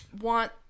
want